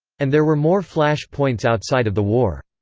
and there were more flash-points outside of the war.